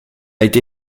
été